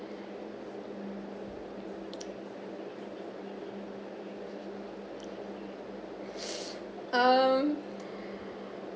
um